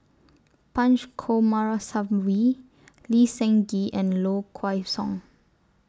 Punch Coomaraswawy Lee Seng Gee and Low Kway Song